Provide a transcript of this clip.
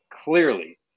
clearly